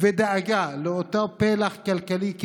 ודאגה לאותו פלח כלכלי,